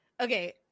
Okay